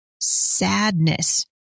sadness